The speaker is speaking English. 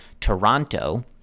Toronto